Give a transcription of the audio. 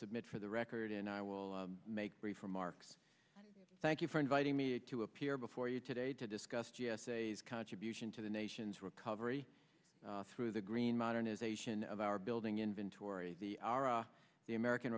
submit for the record and i will make brief remarks thank you for inviting me to appear before you today to discuss g s a contribution to the nation's recovery through the green modernization of our building inventory the our the american